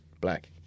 black